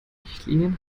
richtlinien